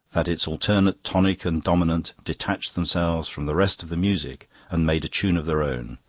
that its alternate tonic and dominant detached themselves from the rest of the music and made a tune of their own,